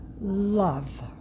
love